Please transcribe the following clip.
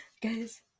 guys